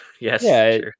Yes